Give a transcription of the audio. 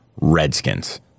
Redskins